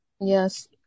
Yes